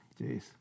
Jeez